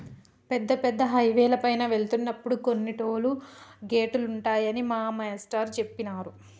పెద్ద పెద్ద హైవేల పైన వెళ్తున్నప్పుడు కొన్ని టోలు గేటులుంటాయని మా మేష్టారు జెప్పినారు